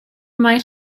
mae